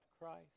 Christ